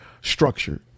structured